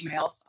emails